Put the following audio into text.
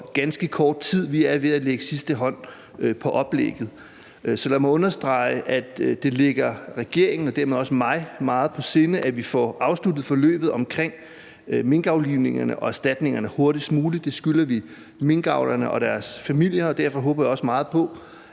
for ganske kort tid. Vi er ved at lægge sidste hånd på oplægget. Så lad mig understrege, at det ligger regeringen og dermed også mig meget på sinde, at vi får afsluttet forløbet omkring minkaflivningerne og erstatningerne hurtigst muligt. Det skylder vi minkavlerne og deres familier, og derfor håber jeg også meget på,